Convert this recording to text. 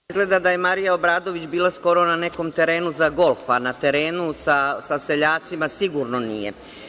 Izgleda da je Marija Obradović bila skoro na nekom terenu za golf, a na terenu sa seljacima sigurno nije.